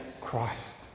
christ